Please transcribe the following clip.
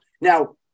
Now